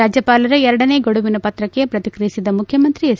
ರಾಜ್ಯಪಾಲರ ಎರಡನೇ ಗಡುವಿನ ಪತ್ರಕ್ಷೆ ಪ್ರಕ್ರಿಯಿಸಿದ ಮುಖ್ಯಮಂತ್ರಿ ಎಚ್